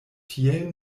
tiel